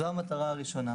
זו המטרה הראשונה.